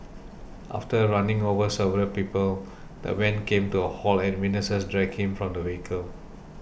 after running over several people the van came to a halt and witnesses dragged him from the vehicle